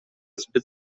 zbyt